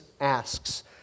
asks